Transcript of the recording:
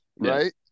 right